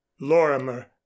Lorimer